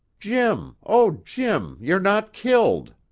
jim! oh, jim! you're not killed!